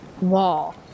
wall